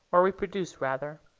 or reproduce rather.